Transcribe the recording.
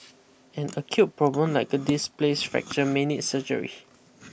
an acute problem like a displaced fracture may need surgery